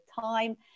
time